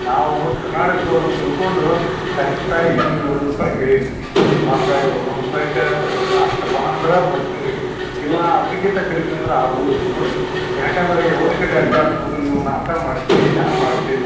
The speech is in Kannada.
ನಾವು ಕರ್ನಾಟಕದವ್ರು ಅಂತ ತಿಳ್ಕೊಂಡು ಕರೆಕ್ಟಾಗಿ ನಿಮ್ಗ ಏಳುನೂರು ರೂಪಾಯಿ ಕೇಳಿನಿ ರೀ ಮತ್ತು ಏಳುನೂರು ರೂಪಾಯಿಕ ಅಷ್ಟು ಬಾ ಅಂದ್ರ ಬರ್ತೀವಿ ಇಲ್ಲ ಅದ್ರ್ಕಿಂತ ಕಡ್ಮಿ ಅಂದ್ರ ಅಗದಿಲ್ಲ ನೋಡ್ರಿ ಯಾಕಂದ್ರ ಎಲ್ಲ ಕಡೆ ಅಡ್ಡಾಡ್ಸ್ಬೇಕು ನೀವು ನಾಷ್ಟ ಮಾಡ್ತೀರಿ ಚಾ ಮಾಡ್ತೀರಿ